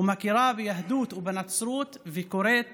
מכירה ביהדות ובנצרות וקוראת